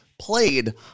played